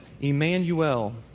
Emmanuel